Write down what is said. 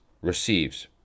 receives